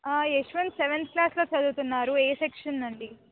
Yashwant seventh క్లాస్లో చదువుతున్నారు ఏ సెక్షన్ అది